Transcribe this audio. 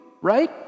right